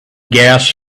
gas